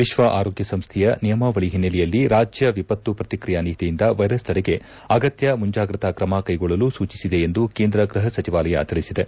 ವಿಶ್ವ ಆರೋಗ್ಯ ಸಂಸ್ಥೆಯ ನಿಯಮಾವಳಿ ಹಿನ್ನೆಲೆಯಲ್ಲಿ ರಾಜ್ಯ ವಿಪತ್ತು ಪ್ರಕಿಕ್ರಿಯಾ ನಿಧಿಯಿಂದ ವೈರಸ್ ತಡೆಗೆ ಅಗತ್ಯ ಮುಂಜಾಗ್ರತಾ ಕ್ರಮ ಕೈಗೊಳ್ಳಲು ಸೂಚಿಸಿದೆ ಎಂದು ಕೇಂದ್ರ ಗೃಹ ಸಚಿವಾಲಯ ತಿಳಿಸಿದೆ